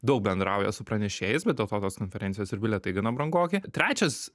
daug bendrauja su pranešėjais bet dėl to tos konferencijos ir bilietai gana brangoki trečias